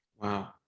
wow